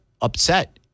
upset